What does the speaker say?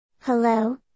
Hello